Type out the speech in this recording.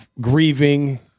grieving